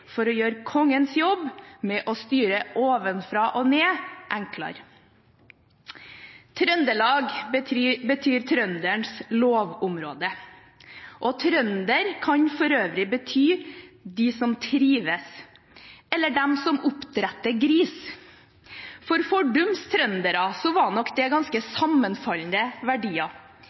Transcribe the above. for å gjøre Kongens jobb med å styre ovenfra og ned enklere. Trøndelag betyr «trøndernes lovområde». Trønder kan for øvrig bety «den som trives» eller «den som oppdretter gris». For fordums trøndere var nok det ganske sammenfallende verdier.